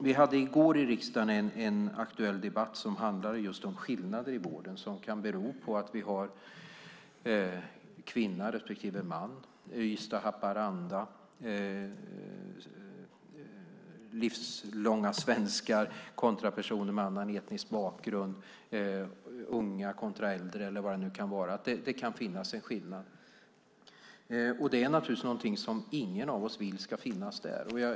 Vi hade i går i riksdagen en aktuell debatt som handlade om just skillnader i vården som kan bero på att vi har kvinnor kontra män, Ystad kontra Haparanda, personer som i hela sitt liv har bott i Sverige kontra personer med annan etnisk bakgrund, unga kontra äldre eller vad det nu kan vara. Det kan finnas skillnader. Det är naturligtvis någonting som ingen av oss vill ska finnas där.